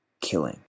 killing